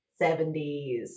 70s